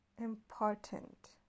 important